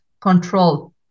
control